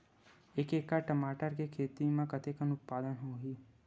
एक एकड़ टमाटर के खेती म कतेकन उत्पादन होही?